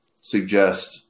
suggest